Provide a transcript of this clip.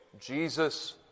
Jesus